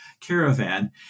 caravan